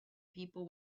people